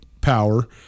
power